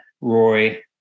Roy